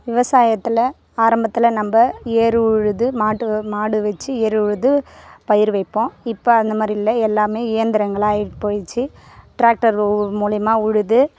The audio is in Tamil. விவசாயத்தில் ஆரம்பத்தில் நம்ம ஏரு உழுது மாட்டு மாடு வச்சி ஏரு உழுது பயிர் வைப்போம் இப்போ அந்த மாதிரி இல்லை எல்லாம் இயந்திரங்களாக ஆகி போயிடுச்சி ட்ராக்டர் மூலிமா உழுது